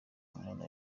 umuntu